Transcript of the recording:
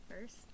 first